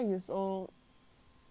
why you don't like your height